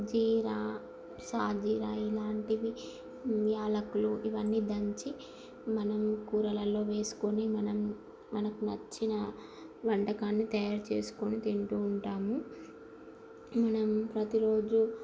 జీరా సాజీరా ఇలాంటివి యాలకులు ఇవన్ని దంచి మనం కూరలలో వేసుకొని మనం మనకు నచ్చిన వంటకాన్ని తయారు చేసుకొని తింటూ ఉంటాము మనం ప్రతిరోజు